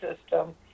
system